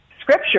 scripture